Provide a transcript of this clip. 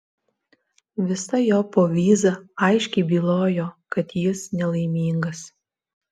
visa jo povyza aiškiai bylojo kad jis nelaimingas